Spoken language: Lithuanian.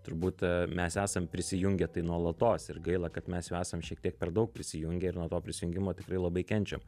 turbūt mes esam prisijungę tai nuolatos ir gaila kad mes jau esam šiek tiek per daug prisijungę ir nuo to prisijungimo tikrai labai kenčiam